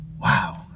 Wow